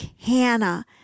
Hannah